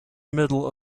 middle